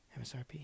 MSRP